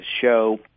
show